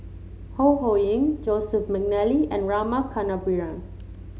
Ho Ho Ying Joseph McNally and Rama Kannabiran